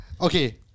Okay